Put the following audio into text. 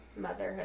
motherhood